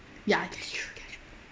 ya that's true that's true